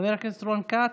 חבר הכנסת רון כץ,